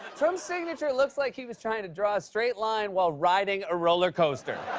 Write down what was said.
trump's signature looks like he was trying to draw a straight line while riding a roller coaster.